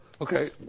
Okay